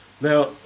Now